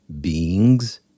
beings